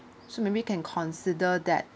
so maybe can consider that